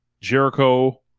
Jericho